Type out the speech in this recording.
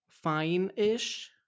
fine-ish